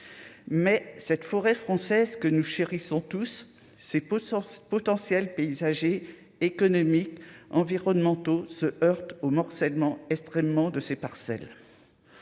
mais cette forêt française que nous chérissons tous ces postes potentiel paysager économiques, environnementaux se heurte au morcellement extrêmement de ces parcelles.